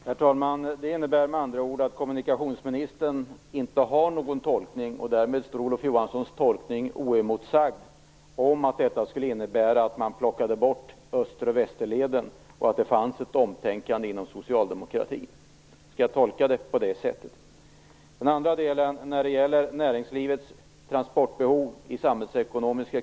Herr talman! Det innebär med andra ord att kommunikationsministern inte har någon tolkning, och därmed står Olof Johanssons tolkning oemotsagd, dvs. att detta skulle innebära att Österleden och Västerleden plockas bort och att det finns ett omtänkande inom socialdemokratin. Skall jag tolka det på det sättet? Den andra delen gäller de samhällsekonomiska kalkylerna för näringslivets transportbehov.